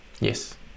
Yes